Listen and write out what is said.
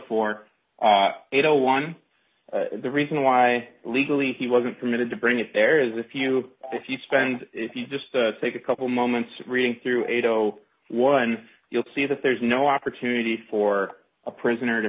zero one the reason why legally he wasn't permitted to bring it there's if you if you spend if you just take a couple moments reading through eight o one you'll see that there's no opportunity for a prisoner to